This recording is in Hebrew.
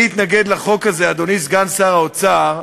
אני אתנגד לחוק הזה, אדוני סגן שר האוצר,